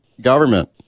government